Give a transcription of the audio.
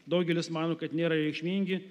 daugelis mano kad nėra reikšmingi